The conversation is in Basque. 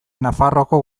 nafarroako